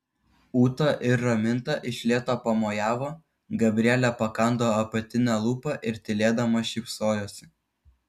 ūta ir raminta iš lėto pamojavo gabrielė pakando apatinę lūpą ir tylėdama šypsojosi